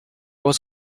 was